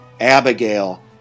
Abigail